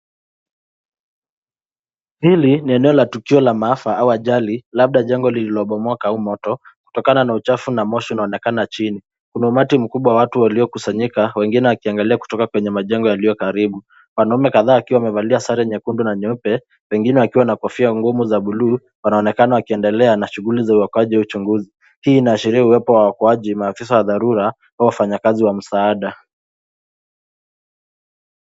Hili ni eneo la tukio la maafa au ajali labda jengo lililobomoka au moto kutokana na uchafu na moshi unaoonekana chini. Kuna umati wa watu uliokusanyika wengine wakiangalia kutoka kwenye majengo yaliyokaribu. Mwanaume kadhaa wakiwa wamevalia sare nyekundu na nyeupe wengine wakiwa na kofia ngumu za buluu wanaonekana wakiendelea na shughuli za uokoaji au uchunguzi. Hii inaashiria uwepo wa uokoaji maafisa wa dharura au wafanyakazi wa msaada.